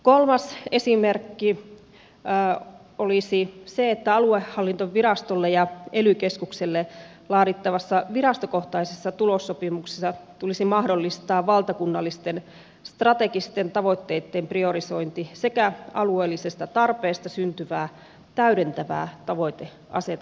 kolmas esimerkki olisi se että aluehallintovirastolle ja ely keskukselle laadittavassa virastokohtaisessa tulossopimuksessa tulisi mahdollistaa valtakunnallisten strategisten tavoitteitten priorisointi sekä alueellisesta tarpeesta syntyvää täydentävää tavoiteasetantaa